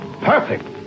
perfect